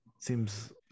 seems